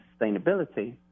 sustainability